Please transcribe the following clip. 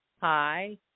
hi